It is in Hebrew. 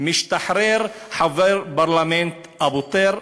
משתחרר חבר הפרלמנט אבו טיר מירושלים,